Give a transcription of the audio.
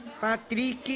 Patrick